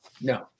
No